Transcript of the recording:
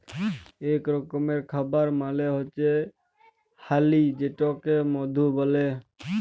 ইক রকমের খাবার মালে হচ্যে হালি যেটাকে মধু ব্যলে